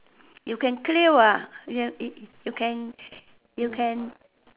you can clear what you can you can